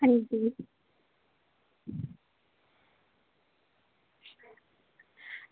अंजी